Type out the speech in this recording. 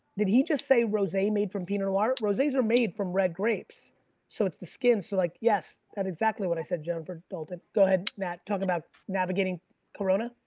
did he just say rose made from pinot noir? roses are made from red grapes so it's the skin so like, yes, that exactly what i said, jennifer dolten. go ahead, nat, talking about navigating corona.